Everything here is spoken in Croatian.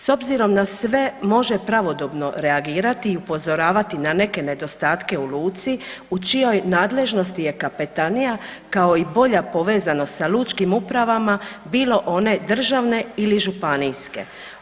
S obzirom na sve, može pravodobno reagirati i upozoravati na neke nedostatke u luci, u čijoj nadležnosti je Kapetanija kao i bolja povezanost sa lučkim upravama, bilo one državne ili županijske.